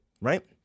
right